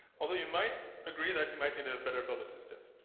although you might agree that he might need a better publicist. ela